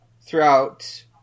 throughout